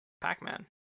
pac-man